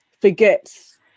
forgets